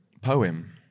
poem